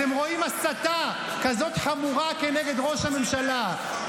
אתם רואים הסתה כזאת חמורה נגד ראש הממשלה,